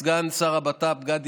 סגן השר לביטחון